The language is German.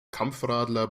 kampfradler